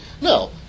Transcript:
No